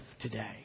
today